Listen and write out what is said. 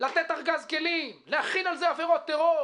לתת ארגז כלים, להחיל על זה עבירות טרור,